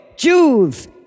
Jews